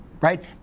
right